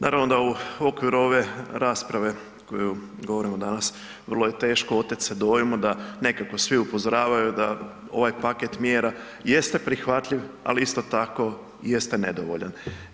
Naravno da u okviru ove rasprave koju govorimo danas vrlo je teško otet se dojmu da nekako svi upozoravaju da ovaj paket mjera jeste prihvatljiv, ali isto tako jeste nedovoljan.